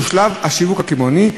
שהוא שלב השיווק הקמעונאי.